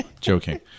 Joking